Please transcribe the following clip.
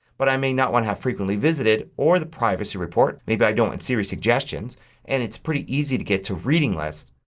but i may not want to have frequently visited or the privacy report. maybe i don't want siri suggestions and it's pretty easy to get to reading list.